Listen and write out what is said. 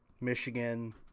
Michigan